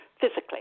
physically